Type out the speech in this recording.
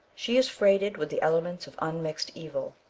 she is freighted with the elements of unmixed evil.